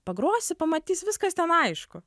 pagrosi pamatysi viskas ten aišku